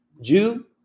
Jew